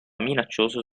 minaccioso